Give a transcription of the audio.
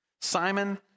Simon